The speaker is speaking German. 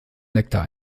nektar